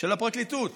של הפרקליטות